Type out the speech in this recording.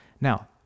Now